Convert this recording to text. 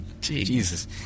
Jesus